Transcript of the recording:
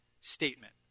statement